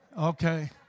Okay